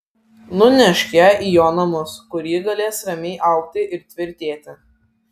nunešk ją į jo namus kur ji galės ramiai augti ir tvirtėti